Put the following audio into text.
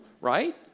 right